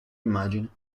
immagine